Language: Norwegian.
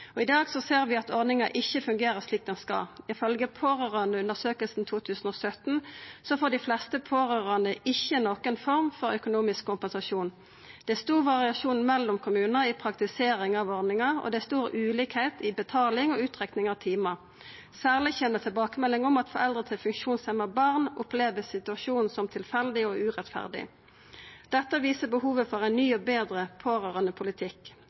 I dag ser vi at ordninga ikkje fungerer slik ho skal. Ifølgje Pårørendeundersøkelsen 2017 får dei fleste pårørande ikkje nokon form for økonomisk kompensasjon. Det er stor variasjon mellom kommunar i praktisering av ordninga, og det er stor ulikskap i betaling og utrekning av timar. Særleg kjem det tilbakemeldingar om at foreldra til funksjonshemma barn opplever situasjonen som tilfeldig og urettferdig. Dette viser behovet for ein ny og betre